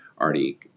already